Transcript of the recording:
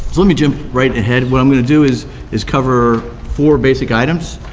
let me jump right ahead, what i'm gonna do is is cover four basic items.